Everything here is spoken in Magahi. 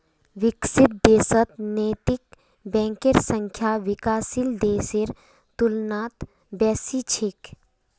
विकसित देशत नैतिक बैंकेर संख्या विकासशील देशेर तुलनात बेसी छेक